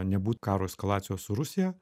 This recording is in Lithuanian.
nebūt karo eskalacijos su rusija